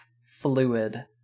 fluid